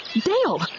Dale